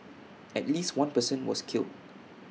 at least one person was killed